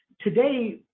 today